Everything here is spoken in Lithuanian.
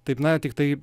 taip na tiktai